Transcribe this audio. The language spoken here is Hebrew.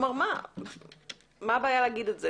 מה הבעיה לומר את זה?